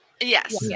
Yes